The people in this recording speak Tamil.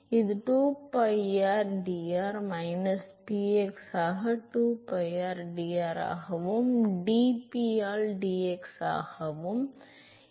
எனவே அது 2pi rdr மைனஸ் px ஆக 2pi rdr ஆகவும் dp ஆல் dx ஆகவும் 2pi rdr ஆகவும் dx ஆகவும் இருக்கும்